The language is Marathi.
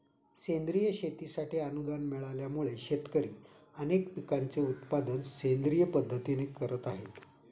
सेंद्रिय शेतीसाठी अनुदान मिळाल्यामुळे, शेतकरी अनेक पिकांचे उत्पादन सेंद्रिय पद्धतीने करत आहेत